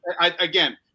again